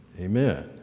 Amen